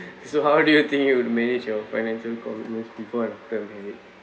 so how do you think you would manage your financial commitments before and after married